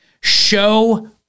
Show